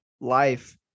life